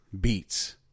Beats